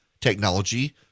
technology